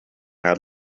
had